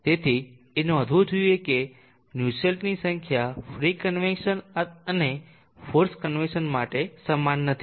તેથી એ નોંધવું જોઇએ કે નુસ્સેલ્ટની સંખ્યા ફ્રી કન્વેક્સન અને ફોર્સ્ડ કન્વેક્સન માટે સમાન નથી